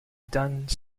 done